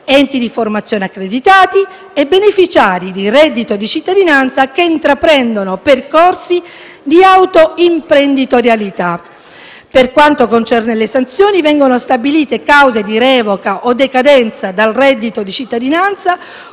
enti di formazione accreditati e beneficiari di reddito di cittadinanza che intraprendono percorsi di autoimprenditorialità. Per quanto concerne le sanzioni, vengono stabilite cause di revoca o decadenza dal reddito di cittadinanza,